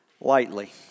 lightly